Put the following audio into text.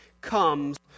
comes